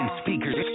speakers